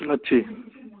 ଲୁଚି